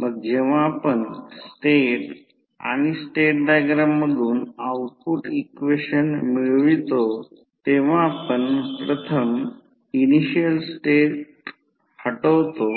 मग जेव्हा आपण स्टेट आणि स्टेट डायग्राम मधून आउटपुट इक्वेशन मिळवितो तेव्हा आपण प्रथम इनिशियल स्टेट हटवतो